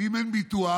אם אין ביטוח,